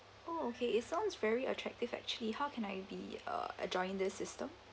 oh okay it sounds very attractive actually how can I be uh join this system